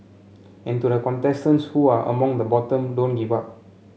and to the contestants who are among the bottom don't give up